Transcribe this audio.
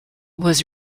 was